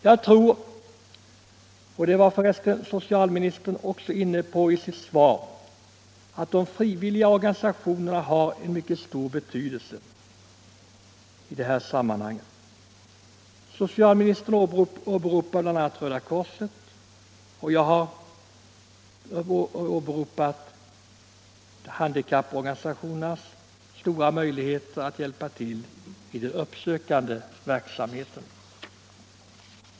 Jag tror —- och det var förresten socialministern inne på i sitt svar — att de frivilliga organisationerna har en mycket stor betydelse. Socialministern åberopade bl.a. Röda korset. Jag åberopar handikapporganisationernas stora möjligheter att hjälpa till genom den uppsökande verksamheten.